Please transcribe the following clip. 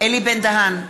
אלי בן-דהן,